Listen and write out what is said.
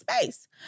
space